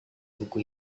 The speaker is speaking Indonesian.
buku